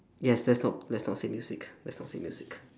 yes let's not let's not say music let's not say music